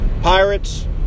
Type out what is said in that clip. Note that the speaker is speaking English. Pirates